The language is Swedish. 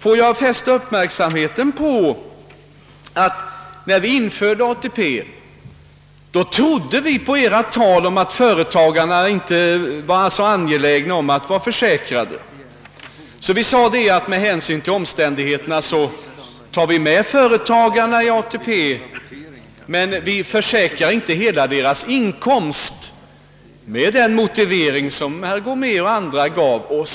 Får jag fästa uppmärksamheten på att vi, när vi införde ATP, trodde på ert tal om att företagarna inte var så angelägna om att få vara försäkrade. Vi sade därför att med hänsyn till omständigheterna tar vi med företagarna i ATP, men vi försäkrar inte hela deras inkomst. Detta skedde med den motive förde.